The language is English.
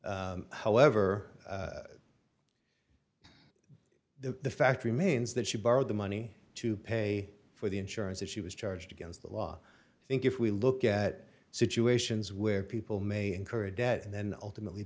now however the fact remains that she borrowed the money to pay for the insurance that she was charged against the law i think if we look at situations where people may incur a debt and then ultimately